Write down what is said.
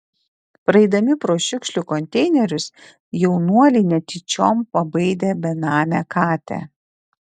praeidami pro šiukšlių konteinerius jaunuoliai netyčiom pabaidė benamę katę